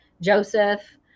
Joseph